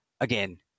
again